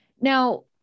Now